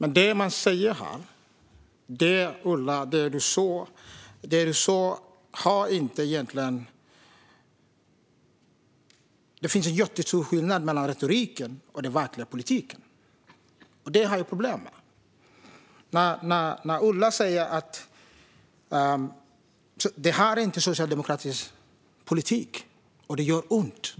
Men det finns en jättestor skillnad mellan det Ola säger här och den verkliga politiken, och det har jag problem med. Ola säger att detta inte är socialdemokratisk politik och att det gör ont.